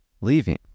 leaving